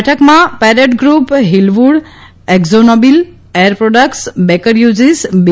બેઠકમાં Perot group Fleetwood ExxonMobil air products Baker ફયુજીસ બી